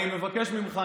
אני מבקש ממך,